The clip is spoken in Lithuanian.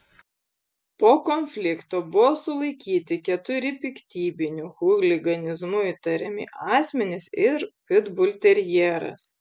po konflikto buvo sulaikyti keturi piktybiniu chuliganizmu įtariami asmenys ir pitbulterjeras